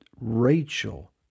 Rachel